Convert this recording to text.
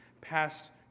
past